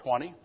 20